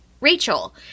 Rachel